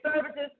services